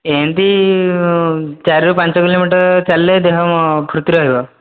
ଏମିତି ଚାରିରୁ ପାଞ୍ଚ କିଲୋମିଟର୍ ଚାଲିଲେ ଦେହ ଫୂର୍ତ୍ତି ରହିବ